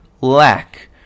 lack